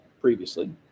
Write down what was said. previously